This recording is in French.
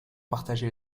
partagés